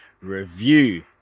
review